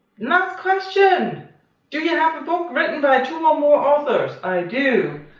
last question do you have a book written by two or more authors? i do.